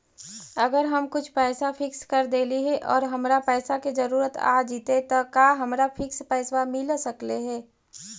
अगर हम कुछ पैसा फिक्स कर देली हे और हमरा पैसा के जरुरत आ जितै त का हमरा फिक्स पैसबा मिल सकले हे?